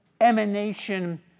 emanation